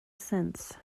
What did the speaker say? since